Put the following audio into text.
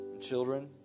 Children